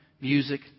music